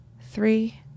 three